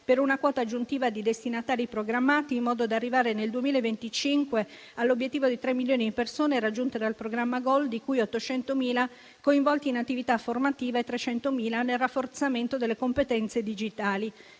per una quota aggiuntiva di destinatari programmati, in modo da arrivare, nel 2025, all'obiettivo di 3 milioni di persone raggiunte dal programma GOL, di cui 800.000 coinvolti in attività formative e 300.000 nel rafforzamento delle competenze digitali.